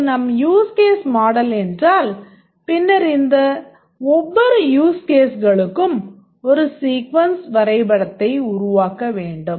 இது நம் use case model என்றால் பின்னர் இந்த ஒவ்வொரு யூஸ் கேஸ்களுக்கும் ஒரு சீக்வென்ஸ் வரைபடத்தை உருவாக்க வேண்டும்